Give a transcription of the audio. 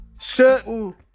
certain